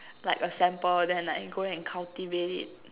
like a sample then like go and cultivate it